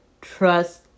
trust